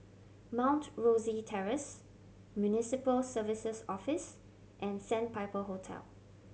Mount Rosie Terrace Municipal Services Office and Sandpiper Hotel